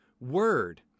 word